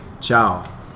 ciao